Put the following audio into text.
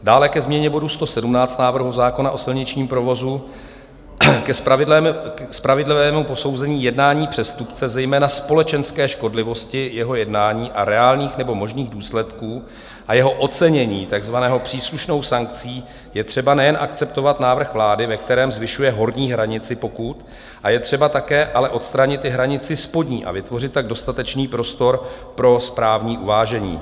Dále ke změně bodu 117 návrhu zákona o silničním provozu: ke spravedlivému posouzení jednání přestupce, zejména společenské škodlivosti jeho jednání a reálných nebo možných důsledků a jeho ocenění takzvanou příslušnou sankcí, je třeba nejen akceptovat návrh vlády, ve kterém zvyšuje horní hranici pokut, ale je třeba také odstranit i hranici spodní a vytvořit tak dostatečný prostor pro správní uvážení.